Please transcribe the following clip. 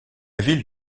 ville